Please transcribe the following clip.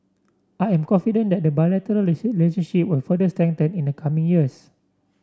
I am confident that the bilateral will further in the coming years